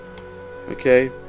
Okay